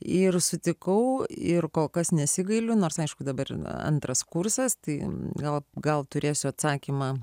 ir sutikau ir kol kas nesigailiu nors aišku dabar yra antras kursas tai gal gal turėsiu atsakymą